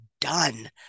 done